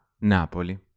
Napoli